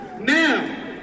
Now